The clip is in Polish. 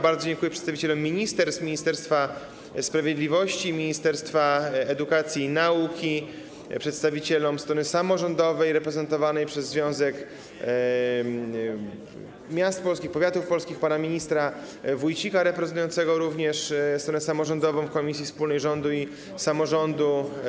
Bardzo dziękuję przedstawicielom ministerstw: Ministerstwa Sprawiedliwości i Ministerstwa Edukacji i Nauki, przedstawicielom strony samorządowej reprezentowanej przez Związek Miast Polskich i Związek Powiatów Polskich i panu ministrowi Wójcikowi reprezentującemu również stronę samorządową w komisji wspólnej rządu i samorządu.